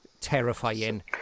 terrifying